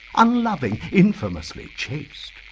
unloving, infamously chaste